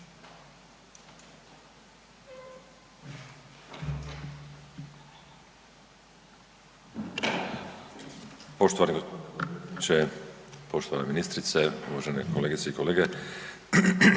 poštovani ministre, poštovane kolegice i kolege.